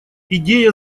идея